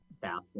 bathroom